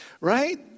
right